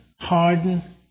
harden